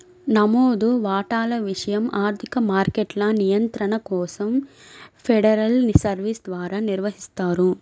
నమోదు వాటాల విషయం ఆర్థిక మార్కెట్ల నియంత్రణ కోసం ఫెడరల్ సర్వీస్ ద్వారా నిర్వహిస్తారు